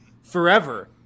forever